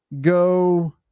go